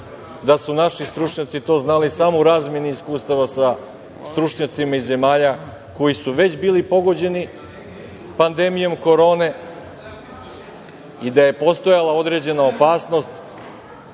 da su naši stručnjaci to znali samo u razmeni iskustava sa stručnjacima iz zemalja koje su već bile pogođene pandemijom Korone i da je postojala određena opasnost